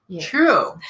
True